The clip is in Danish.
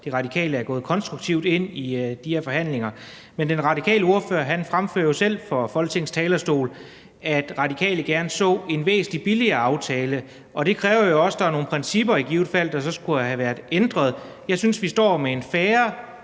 De Radikale er gået konstruktivt ind i de her forhandlinger. Men den radikale ordfører fremførte jo selv fra Folketingets talerstol, at De Radikale gerne så en væsentlig billigere aftale, og det kræver jo, at der i givet fald er nogle principper, som så skulle have været ændret. Jeg synes, vi står med en fair